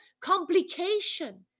complication